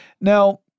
Now